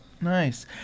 Nice